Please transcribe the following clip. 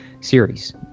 series